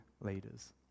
leaders